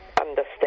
understand